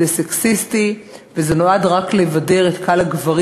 זה סקסיסטי וזה נועד לבדר רק את קהל הגברים